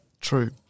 True